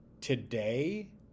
today